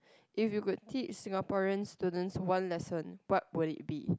if you could teach Singaporeans student one lesson what would it be